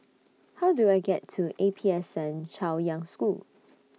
How Do I get to A P S N Chaoyang School